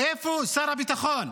איפה שר הביטחון?